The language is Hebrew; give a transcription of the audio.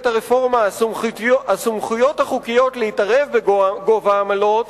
הרפורמה הסמכויות החוקיות להתערב בגובה העמלות,